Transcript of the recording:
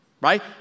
Right